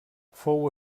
fou